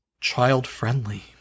child-friendly